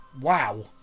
wow